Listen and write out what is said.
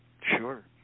Sure